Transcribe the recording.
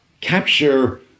capture